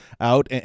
out